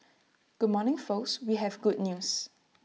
good morning folks we have good news